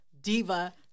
diva